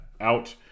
out